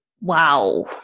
wow